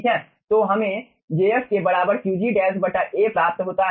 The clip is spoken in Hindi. तो हमें jfके बराबर Qg A प्राप्त होता है